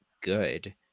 good